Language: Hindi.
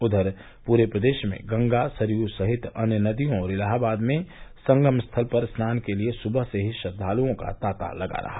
उधर पूरे प्रदेश में गंगा सरयू सहित अन्य नदियों और इलाहाबाद में संगम स्थल पर स्नान के लिये सुबह से ही श्रद्वालुओं का तांता लगा रहा